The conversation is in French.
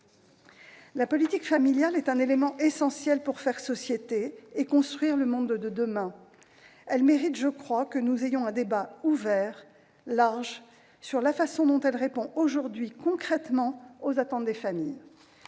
La politique familiale est un élément essentiel pour faire société et construire le monde de demain. Elle mérite que nous ayons un débat ouvert, large, sur la façon dont elle répond aujourd'hui, concrètement, aux attentes des familles